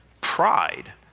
Pride